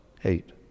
hate